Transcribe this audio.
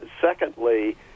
secondly